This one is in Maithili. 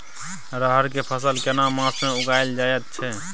रहर के फसल केना मास में उगायल जायत छै?